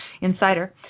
Insider